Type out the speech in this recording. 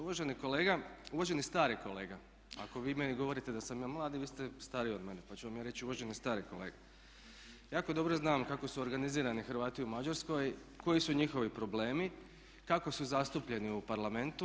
Uvaženi kolega, uvaženi stari kolega, ako vi meni govorite da sam ja mlad, vi ste stariji od mene, pa ću vam ja reći uvaženi stari kolega, jako dobro znam kako su organizirani Hrvati u Mađarskoj, koji su njihovi problemi, kako su zastupljeni u Parlamentu.